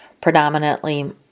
predominantly